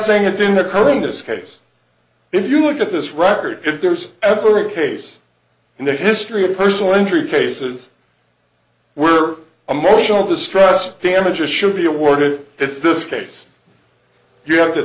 saying it didn't occur in this case if you look at this record if there's ever a case in the history of personal injury cases were emotional distress damages should be awarded it's this case you have to